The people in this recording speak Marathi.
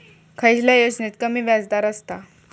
खयल्या योजनेत कमी व्याजदर असता?